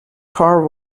car